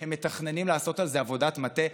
שהם מתכננים לעשות על זה עבודת מטה.